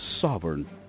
sovereign